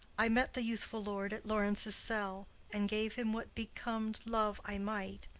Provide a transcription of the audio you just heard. i met the youthful lord at laurence' cell and gave him what becomed love i might,